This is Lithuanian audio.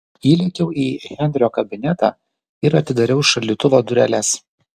įlėkiau į henrio kabinetą ir atidariau šaldytuvo dureles